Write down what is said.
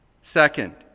Second